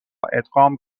ادغام